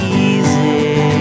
easy